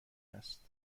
هست